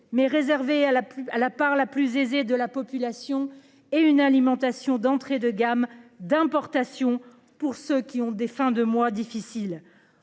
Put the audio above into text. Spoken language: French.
la pluie à la part la plus aisée de la population et une alimentation d'entrée de gamme d'importation pour ceux qui ont des fins de mois difficiles.